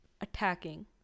attacking